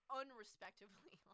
unrespectively